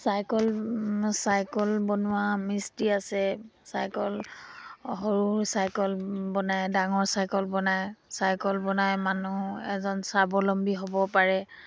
cycle cycle বনোৱা মিস্ত্ৰী আছে চাইকল সৰু চাইকল বনাই ডাঙৰ চাইকল বনায় চাইকল বনাই মানুহ এজন স্বাৱলম্বী হ'ব পাৰে